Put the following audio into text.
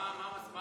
מה המסקנות?